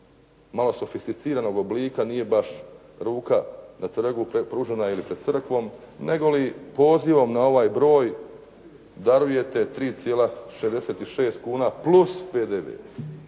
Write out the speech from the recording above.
malo sofisticiranog oblika, nije baš ruka na trgu pružena, ili pred crkvom, nego li pozivom na ovaj broj darujete 3,66 kuna plus PDV.